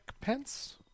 pence